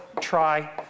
try